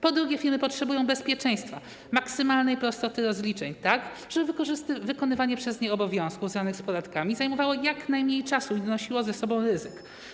Po drugie, firmy potrzebują bezpieczeństwa, maksymalnej prostoty rozliczeń, tak żeby wykonywanie przez nie obowiązków związanych z podatkami zajmowało jak najmniej czasu i nie niosło ze sobą ryzyk.